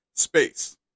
space